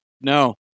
no